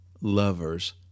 lovers